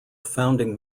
founding